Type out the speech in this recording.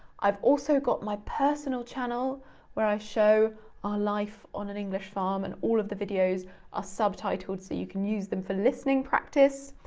i've also got my personal channel where i show our life on an english farm and all of the videos are subtitled so you can use them for listening practise.